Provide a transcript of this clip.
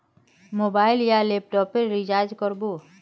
Mobile या laptop पेर recharge कर बो?